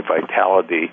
vitality